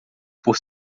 por